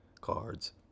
cards